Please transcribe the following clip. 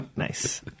Nice